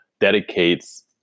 dedicates